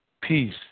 peace